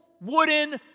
wooden